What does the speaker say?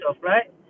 right